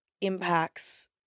impacts